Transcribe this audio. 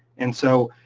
and so,